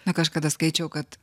na kažkada skaičiau kad